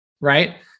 right